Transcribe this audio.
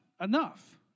enough